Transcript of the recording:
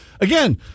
Again